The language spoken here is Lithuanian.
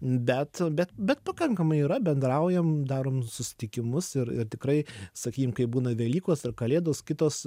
bet bet bet pakankamai yra bendraujam darom susitikimus ir ir tikrai sakykim kai būna velykos ar kalėdos kitos